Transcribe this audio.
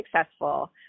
successful